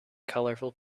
colorful